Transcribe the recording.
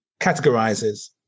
categorizes